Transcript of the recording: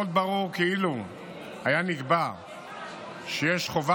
עוד ברור כי אילו היה נקבע שיש חובה